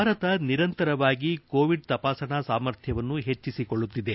ಭಾರತ ನಿರಂತರವಾಗಿ ಕೋವಿಡ್ ತಪಾಸಣಾ ಸಾಮರ್ಥ್ಲವನ್ನು ಹೆಚ್ಚಿಸಿಕೊಳ್ಳುತ್ತಿದೆ